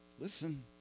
Listen